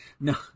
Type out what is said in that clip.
No